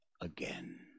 again